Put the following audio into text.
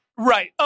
Right